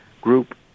group